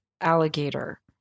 alligator